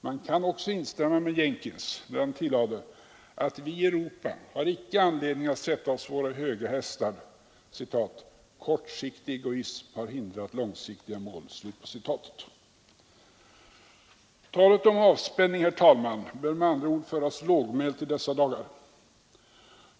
Man kan också instämma med Jenkins när han tillade att vi i Europa icke har anledning att sätta oss på våra höga hästar: ”Kortsiktig egoism har hindrat långsiktiga mål.” Talet om avspänning bör med andra ord föras lågmält i dessa dagar.